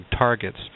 targets